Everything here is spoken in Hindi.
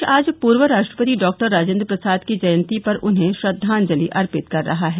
देश आज पूर्व राष्ट्रपति डॉक्टर राजेंद्र प्रसाद की जयंती पर उन्हें श्रद्वांजलि अर्पित कर रहा है